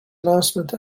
announcement